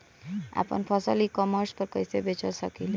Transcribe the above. आपन फसल e commerce पर कईसे बेच सकिले?